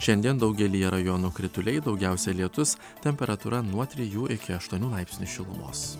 šiandien daugelyje rajonų krituliai daugiausia lietus temperatūra nuo trijų iki aštuonių laipsnių šilumos